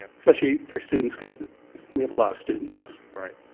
especially for students. because we have a lot of students. right,